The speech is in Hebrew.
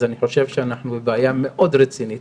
אני חושב שאנחנו בבעיה מאוד רצינית